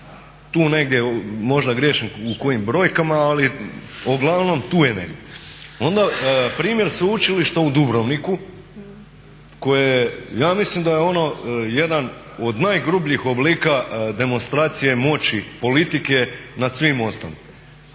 tu negdje možda griješim u kojim brojkama, ali uglavnom tu je negdje. Onda primjer Sveučilišta u Dubrovniku koje ja mislim da je ono jedan od najgrubljih oblika demonstracije moći politike nad svim ostalima